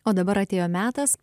o dabar atėjo metas